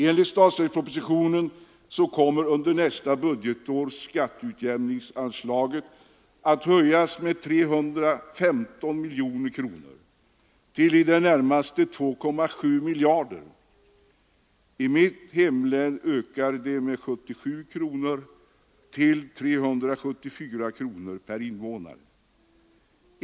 Enligt statsverkspropositionen kommer under nästa budgetår skatteutjämningsanslaget att höjas med 315 miljoner kronor till i det närmaste 2,7 miljarder. I mitt hemlän ökar det med 77 kronor till 374 kronor per invånare.